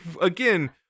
again